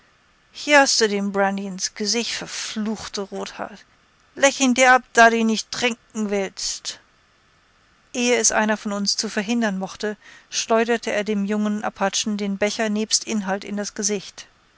hier hast du den brandy ins gesicht verfluchte rothaut lecke ihn dir ab da du ihn nicht trinken willst ehe es einer von uns zu verhindern vermochte schleuderte er dem jungen apachen den becher nebst inhalt in das gesicht